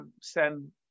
send